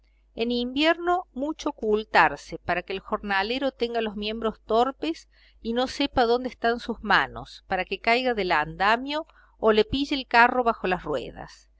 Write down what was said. en invierno mucho ocultarse para que el jornalero tenga los miembros torpes y no sepa dónde están sus manos para que caiga del andamio o le pille el carro bajo las ruedas